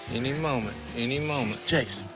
any moment. any moment. jase.